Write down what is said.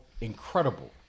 incredible